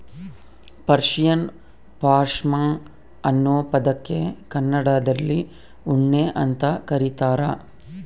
Persian ಪಾಷ್ಮಾ ಅನ್ನೋ ಪದಕ್ಕೆ ಕನ್ನಡದಲ್ಲಿ ಉಣ್ಣೆ ಅಂತ ಕರೀತಾರ